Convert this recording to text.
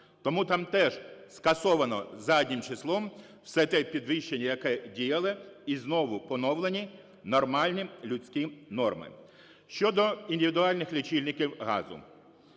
Тому там теж скасовано заднім числом все те підвищення, яке діяло, і знову поновлені нормальні людські норми. Щодо індивідуальних лічильників газу.